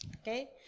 Okay